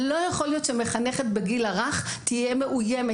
לא יכול להיות שמחנכת בגיל הרך תהיה מאויימת,